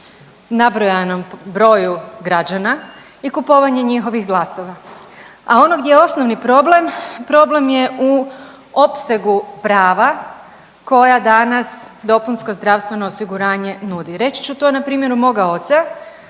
nabrojanom broju građana i kupovanje njihovih glasova, a ono gdje je osnovni problem, problem je u opsegu prava koja danas dopunsko zdravstveno osiguranje nudi. Reći ću to na primjeru moga oca